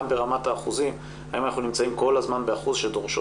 ברמת האחוזים האם אנחנו נמצאים כל הזמן באחוז שדורשות